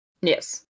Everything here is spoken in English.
Yes